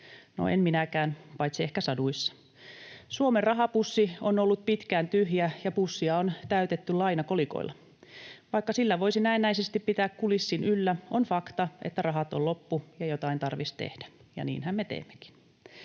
en minäkään, paitsi ehkä saduissa. Suomen rahapussi on ollut pitkään tyhjä, ja pussia on täytetty lainakolikoilla. Vaikka sillä voisi näennäisesti pitää kulissin yllä, on fakta, että rahat ovat loppu ja jotain tarvis tehdä, ja niinhän me teemmekin.